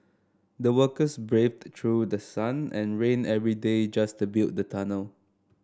the workers braved through the sun and rain every day just to build the tunnel